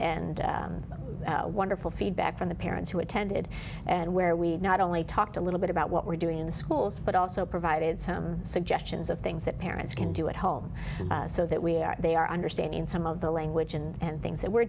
and wonderful feedback from the parents who attended and where we not only talked a little bit about what we're doing in the schools but also provided some suggestions of things that parents can do at home so that we are they are understanding some of the language and things that we're